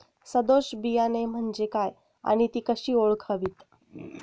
सदोष बियाणे म्हणजे काय आणि ती कशी ओळखावीत?